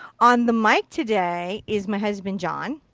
on the mic today, is my husband john.